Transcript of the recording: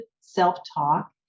self-talk